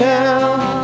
now